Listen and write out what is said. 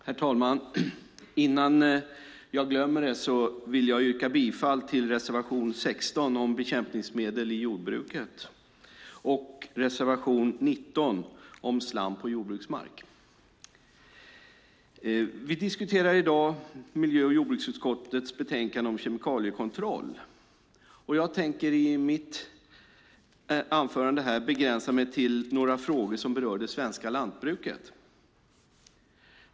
Herr talman! Innan jag glömmer det vill jag yrka bifall till reservation 16 om bekämpningsmedel i jordbruket och reservation 19 om slam på jordbruksmark. Vi diskuterar i dag miljö och jordbruksutskottets betänkande om kemikaliekontroll. Jag tänker i mitt anförande begränsa mig till några frågor som berör det svenska lantbruket.